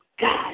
God